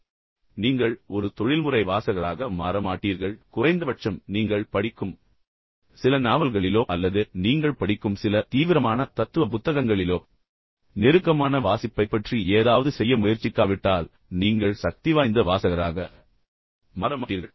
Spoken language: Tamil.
இருப்பினும் நீங்கள் உண்மையில் ஒரு தொழில்முறை வாசகராக மாற மாட்டீர்கள் குறைந்தபட்சம் நீங்கள் படிக்கும் சில நாவல்களிலோ அல்லது நீங்கள் படிக்கும் சில தீவிரமான தத்துவ புத்தகங்களிலோ நெருக்கமான வாசிப்பைப் பற்றி ஏதாவது செய்ய முயற்சிக்காவிட்டால் நீங்கள் மிகவும் சக்திவாய்ந்த வாசகராக மாற மாட்டீர்கள்